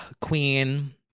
queen